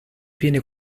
viene